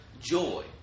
joy